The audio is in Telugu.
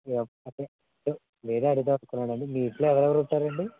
నేనే అడుగుదామని అనుకున్నానండి మీ ఇంట్లో ఎవరెవరు ఉంటారండి